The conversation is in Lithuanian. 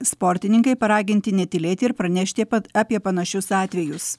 sportininkai paraginti netylėti ir pranešti apie panašius atvejus